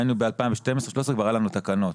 היינו ב-2013-2012 עם תקנות.